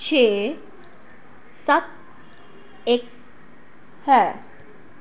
ਛੇ ਸੱਤ ਇਕ ਹੈ